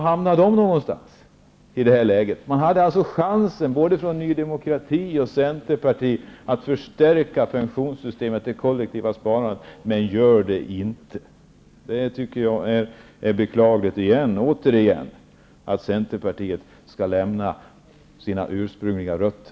Både Ny demokrati och Centerpartiet hade chansen att förstärka pensionssystemet och det kollektiva sparandet, men man gör det inte. Jag tycker att det är beklagligt att Centerpartiet skall lämna sina ursprungliga rötter.